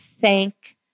thank